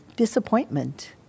disappointment